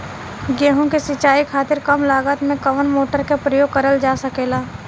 गेहूँ के सिचाई खातीर कम लागत मे कवन मोटर के प्रयोग करल जा सकेला?